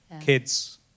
kids